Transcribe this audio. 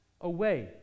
away